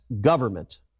government